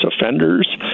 offenders